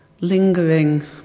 lingering